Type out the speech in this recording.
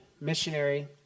missionary